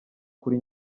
kuri